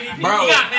bro